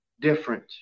different